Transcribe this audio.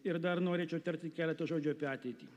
ir dar norėčiau tarti keletą žodžių apie ateitį